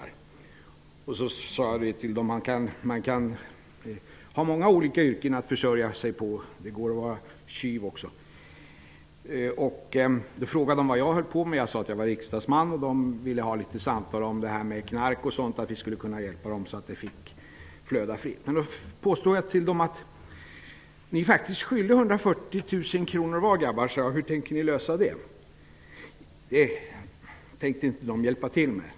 Jag sade till dem: Man kan ha många olika yrken att försörja sig på: det går att vara tjuv också. Då frågade de vad jag höll på med, och jag sade att jag var riksdagsman. De ville samtala litet grand om knark och sånt, och att vi skulle hjälpa dem att låta knarket flöda fritt. Jag sade: Ni är faktiskt skyldiga 140 000 kr var, grabbar. Hur tänker ni lösa det? Det tänkte de inte hjälpa till med.